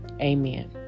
amen